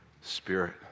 spirit